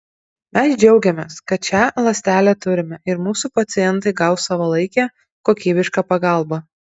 mes džiaugiamės kad šią ląstelę turime ir mūsų pacientai gaus savalaikę kokybišką pagalbą